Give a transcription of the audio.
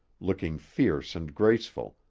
looking fierce and graceful,